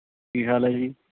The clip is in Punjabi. ਕੀ ਹਾਲ ਹੈ ਜੀ